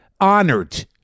honored